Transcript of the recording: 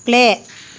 play